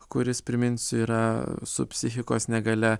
kuris priminsiu yra su psichikos negalia